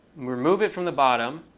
remove it from the bottom,